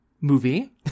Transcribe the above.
movie